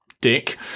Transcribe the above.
dick